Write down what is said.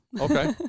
Okay